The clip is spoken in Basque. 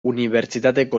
unibertsitateko